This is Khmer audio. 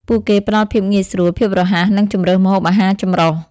ពួកគេផ្តល់ភាពងាយស្រួល ភាពរហ័ស និងជម្រើសម្ហូបអាហារចម្រុះ។